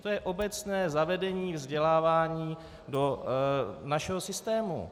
To je obecné zavedení vzdělávání do našeho systému.